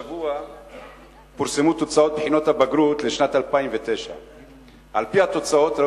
השבוע פורסמו תוצאות בחינות הבגרות לשנת 2009. על-פי התוצאות,